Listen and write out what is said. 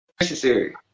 necessary